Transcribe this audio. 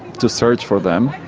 to search for them.